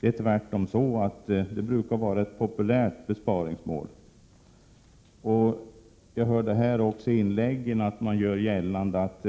Det är tvärtom så att det brukar vara ett populärt besparingsmål. Jag hörde att man i inläggen här gjorde gällande att